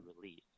release